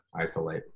isolate